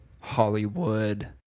Hollywood